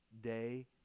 day